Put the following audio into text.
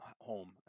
home